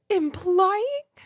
implying